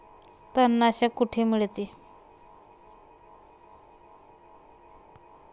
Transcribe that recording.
तणनाशक कुठे मिळते?